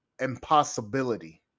impossibility